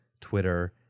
Twitter